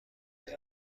روی